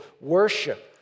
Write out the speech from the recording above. worship